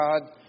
God